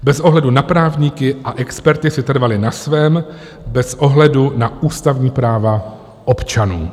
Bez ohledu na právníky, a experti si trvali na svém, bez ohledu na ústavní práva občanů.